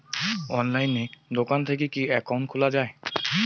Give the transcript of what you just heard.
অনলাইনে দোকান থাকি কি একাউন্ট খুলা যায়?